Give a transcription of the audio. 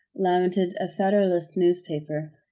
lamented a federalist newspaper.